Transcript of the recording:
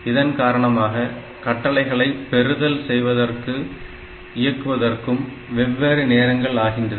இதன் காரணமாக கட்டளைகளை பெறுதல் செய்வதற்கும் இயக்குவதற்கும் வெவ்வேறு நேரங்கள் ஆகின்றது